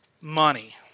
money